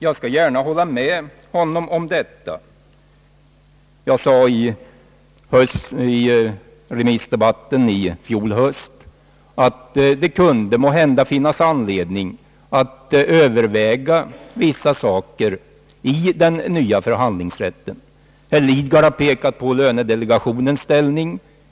Jag skall gärna hålla med honom om detta. Jag sade under remissdebatten i fjol höst att det måhända kunde finnas anledning överväga vissa frågor beträffande den nya förhandlingsrätten. Herr Lidgard har pekat på lönedelegationens ställning.